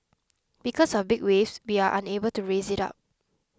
because of big waves we are unable to raise it up